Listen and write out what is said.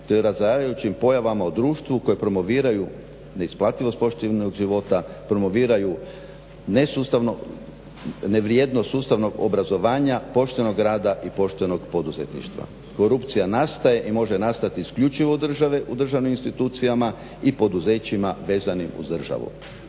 te razarajućim pojavama u društvu koja promoviraju neisplativost poštenog života, promoviraju nevrijedno sustavno obrazovanja, poštenog rada i poštenog poduzetništva. Korupcija nastaje i može nastati isključivo u državnim institucijama i poduzećima vezanim uz državu.